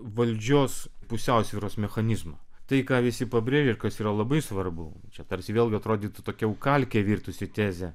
valdžios pusiausvyros mechanizmą tai ką visi pabrėžia ir kas yra labai svarbu čia tarsi vėlgi atrodytų tokia jau kalke virtusi tezė